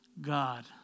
God